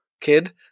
kid